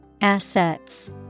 Assets